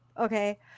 okay